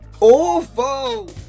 awful